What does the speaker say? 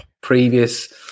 previous